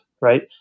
right